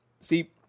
See